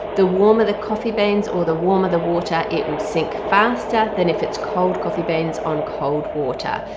the warmer the coffee beans or the warmer the water it will sink faster than if it's cold coffee beans on cold water.